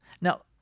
Now